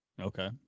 Okay